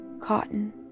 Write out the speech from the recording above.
cotton